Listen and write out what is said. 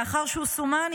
לאחר שהוא סומן,